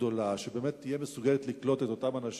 גדולה שתהיה מסוגלת לקלוט את אותם אנשים,